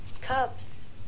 cups